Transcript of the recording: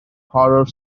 horror